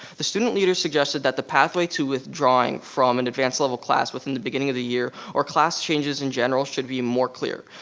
the student leaders suggested that the pathway to withdrawing from an and advanced level class within the beginning of the year, or class changes in general, should be more clear.